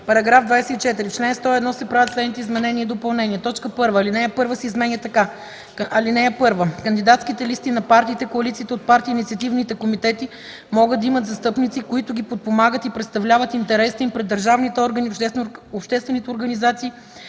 § 24: § 24. В чл. 101 се правят следните изменения и допълнения: 1. Алинея 1 се изменя така: „(1) Кандидатските листи на партиите, коалициите от партии и инициативните комитети могат да имат застъпници, които ги подпомагат и представляват интересите им пред държавните органи, обществените организации